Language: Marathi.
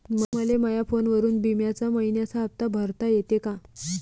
मले माया फोनवरून बिम्याचा मइन्याचा हप्ता भरता येते का?